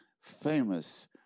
famous